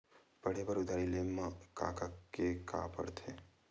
पढ़े बर उधारी ले मा का का के का पढ़ते?